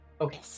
Okay